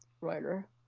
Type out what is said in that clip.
writer